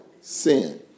Sin